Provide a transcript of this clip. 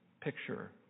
picture